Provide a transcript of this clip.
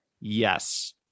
yes